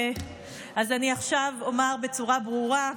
אני עכשיו אומר בצורה ברורה.